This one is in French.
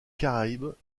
caraïbes